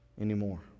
anymore